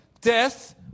death